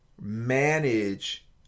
manage